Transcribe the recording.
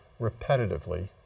repetitively